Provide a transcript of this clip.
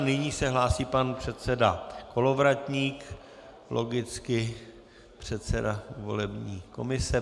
Nyní se hlásí pan předseda Kolovratník, logicky, předseda volební komise.